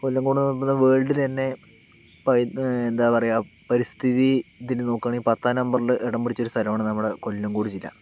കൊല്ലങ്കോട് വേൾഡിലെ തന്നെ പൈ എന്താ പറയുക പരിസ്ഥിതി ഇതിന് നോക്കുവാണെങ്കിൽ പത്താം നമ്പറില് ഇടം പിടിച്ചൊരു സ്ഥലമാണ് നമ്മുടെ കൊല്ലങ്കോട് ജില്ല